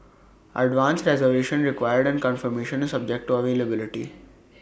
advance reservation required and confirmation is subject to availability